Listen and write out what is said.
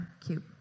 cute